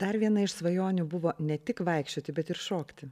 dar viena iš svajonių buvo ne tik vaikščioti bet ir šokti